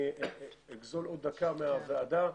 אני אגזול עוד דקה מזמן הוועדה.